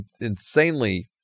insanely